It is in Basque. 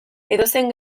edozein